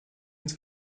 ins